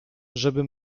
żeby